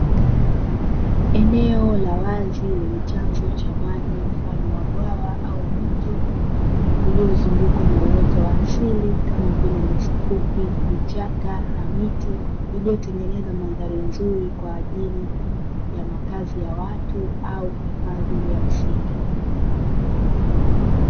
Eneo la wazi lenye maji mfano wa chanzo cha bwawa au mto uliozungukwa na uwoto wa asili kama vile: nyasi fupi, vichaka na miti iliyotengeneza mandhari nzuri kwa ajili ya makazi ya watu au kwa ajili ya msitu.